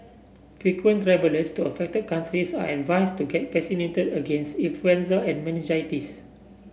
frequent travellers to affected countries are advised to get vaccinated against influenza and meningitis